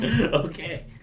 Okay